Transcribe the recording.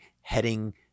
heading